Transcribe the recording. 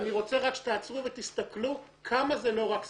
אני רוצה רק שתעצרו ותסתכלו כמה זה לא רק סביבה.